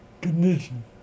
condition